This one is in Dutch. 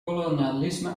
kolonialisme